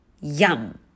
Yum